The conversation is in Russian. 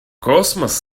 космос